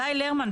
גיא לרמן,